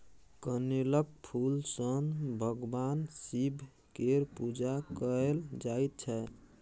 कनेलक फुल सँ भगबान शिब केर पुजा कएल जाइत छै